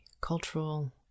cultural